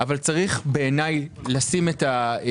אבל בעיניי צריך לשים את הדגש,